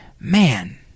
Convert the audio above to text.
man